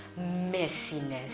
messiness